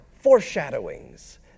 foreshadowings